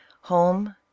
home